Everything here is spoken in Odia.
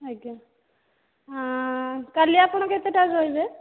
ଆଜ୍ଞା କାଲି ଆପଣ କେତେଟାରେ ରହିବେ